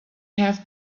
have